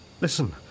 Listen